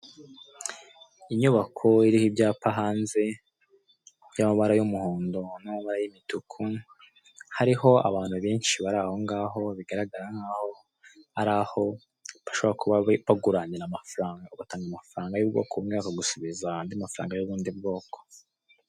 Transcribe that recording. Inyubako iriho ibyapa hanze, iriho amabara y'umuhondo n'amabara y'imituku, hariho abantu benshi bari aho ngaho bigaragara nkaho ari ho bashobora kuba baguranira amafaranga, ukabaha amafaranga y'ubwoko bumwe bakagusibiza andi mafaranga y'ubundi bwoko.